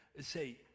say